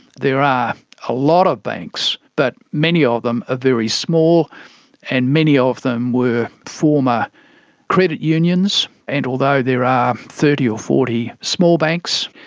there are a lot of banks but many of them are ah very small and many of them were former credit unions, and although there are thirty or forty small banks,